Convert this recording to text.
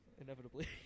inevitably